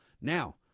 Now